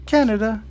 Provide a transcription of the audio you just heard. Canada